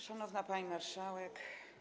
Szanowna Pani Marszałek!